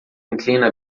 inclina